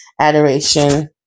adoration